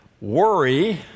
worry